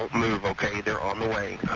okay there on the way.